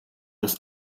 dass